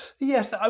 Yes